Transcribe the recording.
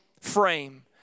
frame